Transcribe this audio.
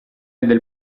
del